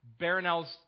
baronel's